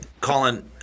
Colin